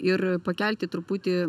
ir pakelti truputį